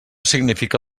significa